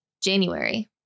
January